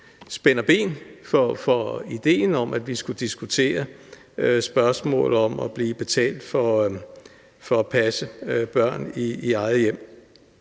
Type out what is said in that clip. spænder ben for ideen om, at vi skulle diskutere spørgsmålet om at blive betalt for at passe børn i eget hjem.